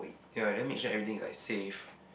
ya then make sure everything is like safe